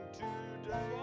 today